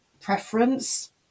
preference